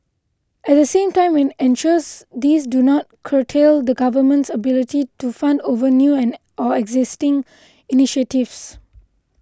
at the same time it ensures these do not curtail the Government's ability to fund other new or existing initiatives